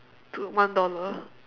to one dollar